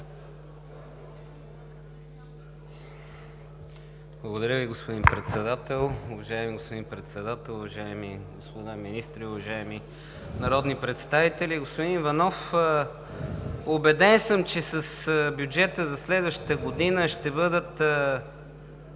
Благодаря Ви, господин Председател. Уважаеми господин Председател, уважаеми господа министри, уважаеми народни представители! Господин Иванов, убеден съм, че с бюджета за следващата година ще бъдат